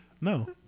No